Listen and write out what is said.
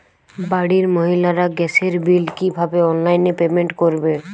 বাড়ির মহিলারা গ্যাসের বিল কি ভাবে অনলাইন পেমেন্ট করবে?